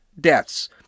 deaths